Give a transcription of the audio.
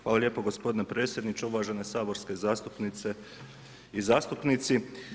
Hvala lijepo gospodine predsjedniče, uvažene saborske zastupnice i zastupnici.